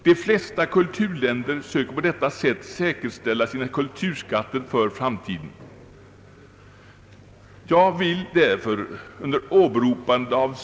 De flesta kulturländer söker på detta sätt säkerställa sina kulturskatter för framtiden.